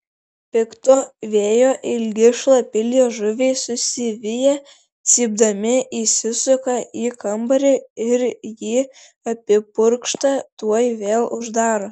pikto vėjo ilgi šlapi liežuviai susiviję cypdami įsisuka į kambarį ir ji apipurkšta tuoj vėl uždaro